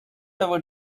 about